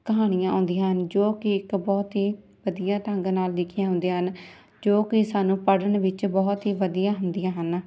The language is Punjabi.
ਕਹਾਣੀਆਂ ਆਉਂਦੀਆਂ ਜੋ ਕਿ ਇੱਕ ਬਹੁਤ ਹੀ ਵਧੀਆ ਢੰਗ ਨਾਲ ਲਿਖੀਆਂ ਹੁੰਦੀਆਂ ਹਨ ਜੋ ਕਿ ਸਾਨੂੰ ਪੜ੍ਹਨ ਵਿੱਚ ਬਹੁਤ ਹੀ ਵਧੀਆ ਹੁੰਦੀਆਂ ਹਨ